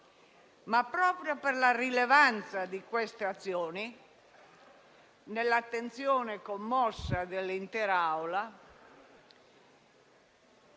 proprio per la rilevanza di queste azioni, nell'attenzione commossa dell'intera